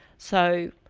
so,